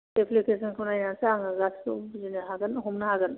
एफ्लखेसनखौ नायनानैसो आङो गासिखौबो बुजिनो हागोन हमनो हागोन